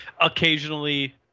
Occasionally